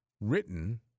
written